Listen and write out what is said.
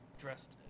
dressed